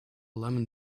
lemon